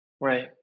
Right